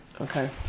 Okay